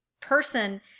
person